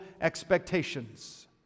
expectations